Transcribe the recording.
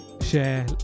share